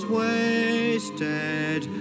wasted